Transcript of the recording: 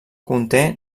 conté